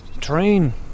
train